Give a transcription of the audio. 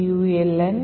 vuln